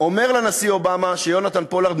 אומר לנשיא אובמה שיונתן פולארד,